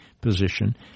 position